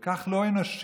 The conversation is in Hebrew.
כל כך לא אנושי,